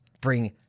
bring